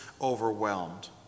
overwhelmed